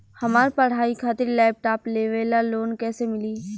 हमार पढ़ाई खातिर लैपटाप लेवे ला लोन कैसे मिली?